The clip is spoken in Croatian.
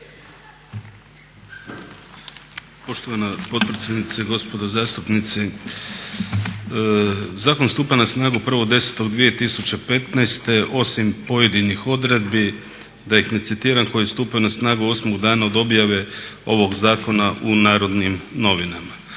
Poštovana potpredsjednice, gospodo zastupnici zakon stupa na snagu 1.10.2015., osim pojedinih odredbi da ih ne citiram, koje stupaju na snagu 8 dana od objave ovog zakona u Narodnim novinama.